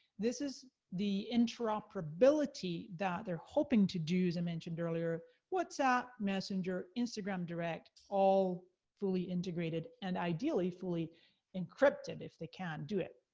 this is the interoperability that they're hoping to do as i mentioned earlier, whatsapp, messenger, instagram direct, all fully-integrated, and ideally fully encrypted if they can do it.